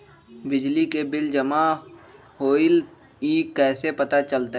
बिजली के बिल जमा होईल ई कैसे पता चलतै?